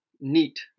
neat